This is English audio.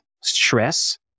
stress